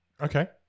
Okay